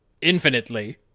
infinitely